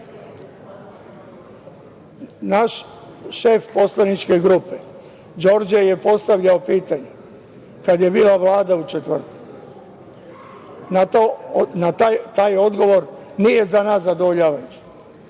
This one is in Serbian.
Naš šef poslaničke grupe, Đorđe, je postavljao pitanje kada je bila Vlada u četvrtak, ali taj odgovor za nas nije zadovoljavajući.